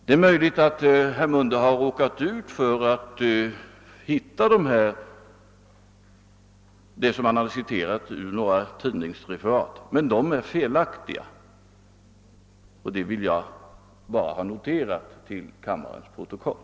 Det är möjligt att herr Mundebo råkat finna i några tidningsreferat sina versioner av uttalandena, men dessa referat är i så fall felaktiga, och det vill jag ha noterat till kammarens protokoll.